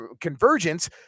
convergence